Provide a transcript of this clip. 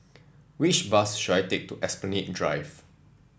which bus should I take to Esplanade Drive